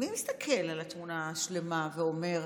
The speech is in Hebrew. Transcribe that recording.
מי מסתכל על התמונה השלמה ואומר: